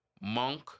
monk